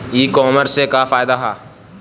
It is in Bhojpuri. ई कामर्स से का फायदा ह?